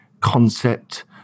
concept